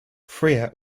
freer